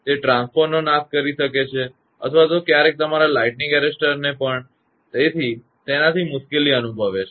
તે ટ્રાન્સફોર્મરનો નાશ કરી શકે છે અથવા તો ક્યારેક તમારા લાઇટનીંગ એરેસટર ને પણ તેથી તેનાથી મુશ્કેલી અનુભવે છે